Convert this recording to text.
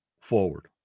forward